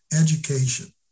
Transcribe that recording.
Education